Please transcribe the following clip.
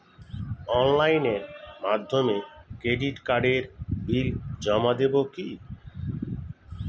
অনলাইনের মাধ্যমে ক্রেডিট কার্ডের বিল জমা দেবো কি?